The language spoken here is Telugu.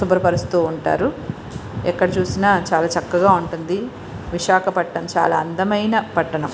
శుభ్ర పరుస్తూ ఉంటారు ఎక్కడ చూసినా చాలా చక్కగా ఉంటుంది విశాఖపట్టణం చాలా అందమైన పట్టణం